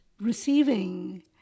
receiving